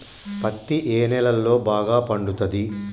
పత్తి ఏ నేలల్లో బాగా పండుతది?